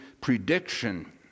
prediction